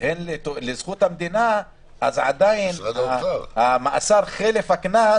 הן לזכות המדינה עדיין המאסר חלף הקנס